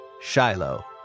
Shiloh